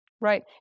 right